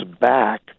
back